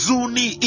Zuni